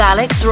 Alex